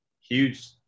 huge